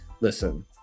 Listen